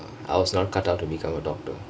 I was not cut out to become a doctor